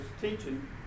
teaching